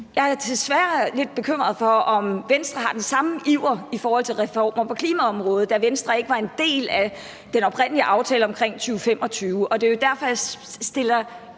Jeg er desværre lidt bekymret for, om Venstre har den samme iver i forhold til reformer på klimaområdet, da Venstre ikke var en del af den oprindelige aftale omkring 2025. Det er jo derfor, jeg specifikt